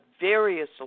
various